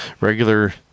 regular